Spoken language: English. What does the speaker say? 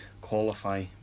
qualify